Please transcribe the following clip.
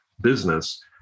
business